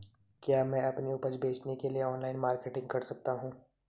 क्या मैं अपनी उपज बेचने के लिए ऑनलाइन मार्केटिंग कर सकता हूँ?